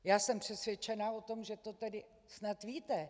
Já jsem přesvědčena o tom, že to tedy snad víte.